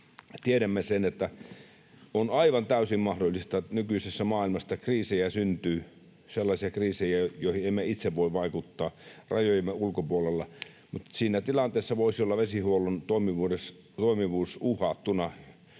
Tiedämme, että on aivan täysin mahdollista, että nykyisessä maailmassa kriisejä syntyy, sellaisia kriisejä, joihin emme itse voi vaikuttaa rajojemme ulkopuolella, mutta siinä tilanteessa voisi olla vesihuollon toimivuus uhattuna